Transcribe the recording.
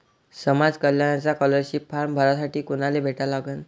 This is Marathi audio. समाज कल्याणचा स्कॉलरशिप फारम भरासाठी कुनाले भेटा लागन?